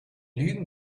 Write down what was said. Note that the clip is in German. lügen